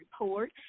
report